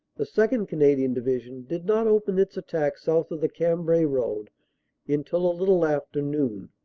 the second. canadian division did not open its attack south of the cambrai road until a little after noon.